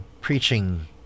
preaching